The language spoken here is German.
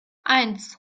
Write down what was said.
eins